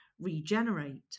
regenerate